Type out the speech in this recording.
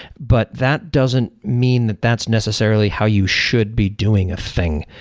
but that doesn't mean that that's necessarily how you should be doing a thing.